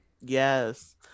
Yes